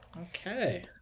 okay